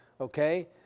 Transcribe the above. Okay